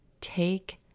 Take